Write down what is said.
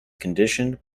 conditioned